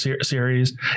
series